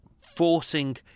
forcing